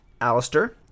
alistair